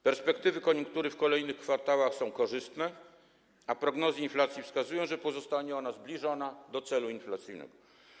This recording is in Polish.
Perspektywy koniunktury w kolejnych kwartałach są korzystne, a prognozy inflacji wskazują, że pozostanie ona zbliżona do celu inflacyjnego.